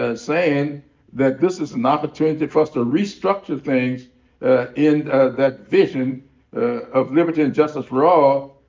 ah saying that this is an opportunity for us to restructure things ah in ah that vision of liberty and justice for ah